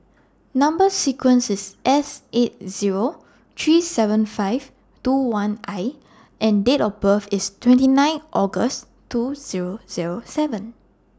Number sequence IS S eight Zero three seven five two one I and Date of birth IS twenty nine August two Zero Zero seven